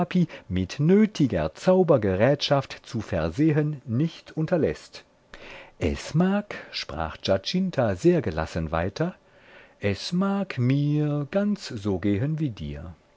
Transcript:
mit nötiger zaubergerätschaft zu versehen nicht unterläßt es mag sprach giacinta sehr gelassen weiter es mag mir ganz so gehen wie dir